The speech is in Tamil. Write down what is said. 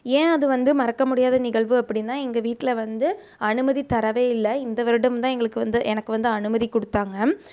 ஏன் அது வந்து மறக்க முடியாத நிகழ்வு அப்படின்னா எங்கள் வீட்டில் வந்து அனுமதி தரவே இல்ல இந்த வருடம் தான் எங்களுக்கு வந்து எனக்கு வந்து அனுமதி கொடுத்தாங்க